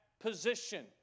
position